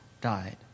died